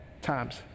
times